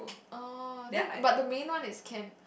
oh then but the main one is Ken